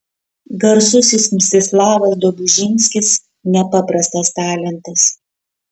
garsusis mstislavas dobužinskis nepaprastas talentas